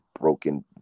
broken